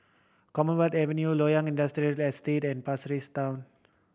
Commonwealth Avenue Loyang Industrial Estate and Pasir Ris Town